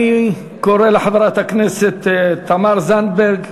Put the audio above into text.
אני קורא לחברת הכנסת תמר זנדברג,